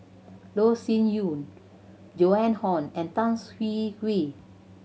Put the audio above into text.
Loh Sin Yun Joan Hon and Tan Hwee Hwee